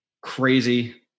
Crazy